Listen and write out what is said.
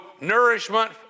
nourishment